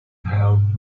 help